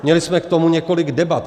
Měli jsme k tomu několik debat.